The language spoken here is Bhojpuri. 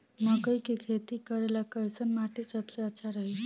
मकई के खेती करेला कैसन माटी सबसे अच्छा रही?